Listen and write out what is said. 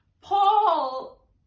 Paul